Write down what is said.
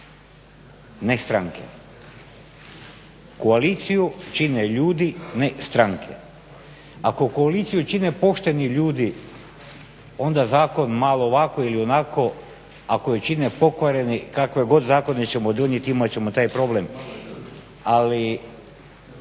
dogovarali. Koaliciju čine ljudi, ne stranke. Ako koaliciju čine pošteni ljudi onda zakon malo ovako ili onako, ako je čine pokvareni kako je god zakon nećemo duljiti, imat ćemo taj problem, ali